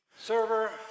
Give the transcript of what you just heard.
Server